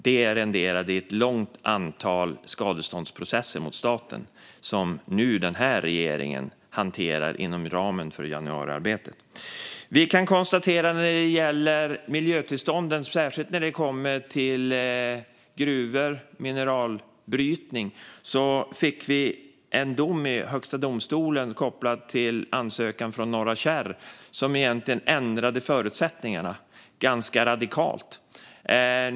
Det renderade i ett långt antal skadeståndsprocesser mot staten, som nu den här regeringen hanterar inom ramen för januarisamarbetet. När det gäller miljötillstånden, särskilt när det gäller gruvor och mineralbrytning, fick vi en dom i Högsta domstolen kopplad till en ansökan från Norra Kärr, som egentligen ändrade förutsättningarna ganska radikalt.